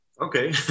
Okay